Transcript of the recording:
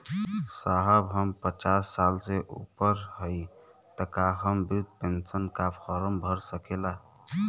साहब हम पचास साल से ऊपर हई ताका हम बृध पेंसन का फोरम भर सकेला?